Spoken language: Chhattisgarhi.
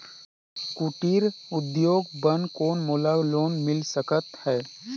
कुटीर उद्योग बर कौन मोला लोन मिल सकत हे?